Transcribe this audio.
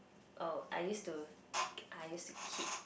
oh I used to I used to keep